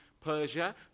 Persia